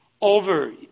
over